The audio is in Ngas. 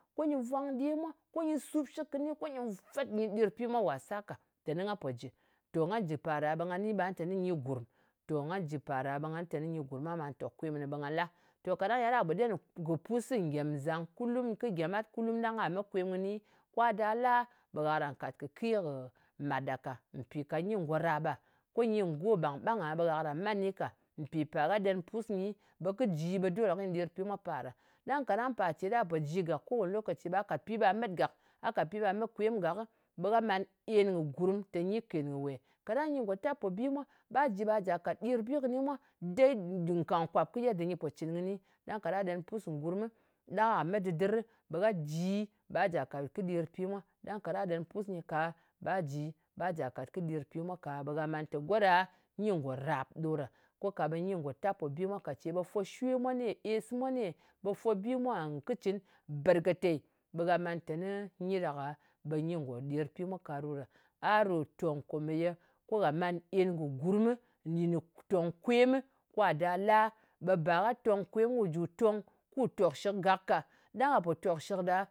Ko nyɨ vwang ɗe mwa, ko nyɨ sup shɨk kɨni, ko nyɨ fet, nyɨ ɗir pi mwa wàsa ka. Teni nga pò jɨ. To nga jɨ pa ɗa ɓe nga ni teni nyi gurm, ɓang ɓa tòk kwem kɨnɨ. Ɓang ɓà la. Kaɗang ya ɗa pò ɗen kɨ pusɨ ngèmzang, kulum, kɨ gyeman kulum ɗang gha met kwemɨ, kwa da la, ɓe gha karan kàt kɨ ke kɨ màt ɗa ka. Ka nyi ngò ràp ɓe, ko nyɨ go ɓàng-bang a, ɓe gha karan man kɨni ka. Mpì pàr gha ɗen pus nyɨ kɨ ji, ɓe dole kɨy ɗir pi mwa par ɗa. Ɗang kaɗang par ce ɓa pò ji gàk, ko wane lokaci ɓa kàt pi ɓa met gàk, a kat pi ɓa met kwem gak, ɓe gha man en kɨ gurm tè nyi kèn kɨ wè. Kaɗang nyi ngò tap po bi mwa, ba ji ɓa jà kat kɨ ɗir bi kɨni mwa dei, nkwàp-nkwàp kɨ wok ne nyɨ pò cɨn kɨni. Ɗang kaɗang ghà ɗen pù ngurm ɗang gha met dɨdɨr, ɓe gha ji ɓa jà kàt kɨ ɗir pi mwa. Ɗang kaɗang a ɗen pus nyɨ ka, ɓa ji ɓa jà kat kɨ ɗir pi mwa ka, ɓe gha man tè go ɗa nyi ngò ràp ɗo ɗa. Ko ka ɓe nyi ngò tap pò bi mwa ka. Kò ce ɓe fwo shwe mwa ne, es mwa ne, ɓe fwo bi mwa kɨcɨn berkɨteiy. Ɓe gha man teni nyi ngò ɗir pi mwa ka ɗo ɗa. A ɗo tòng kòmèye ko gha man en kɨ gurmɨ nɗìn kɨ tòng kwemɨ, kwa da la, ɓe ba gha tong kwem ku jù tong ku tòkshɨk gak ka. Ɗang ghà pò tòkshɨ ɗa.